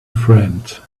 friend